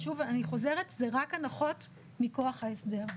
ושוב אני חוזרת, זה רק הנחות מכוח ההסדר.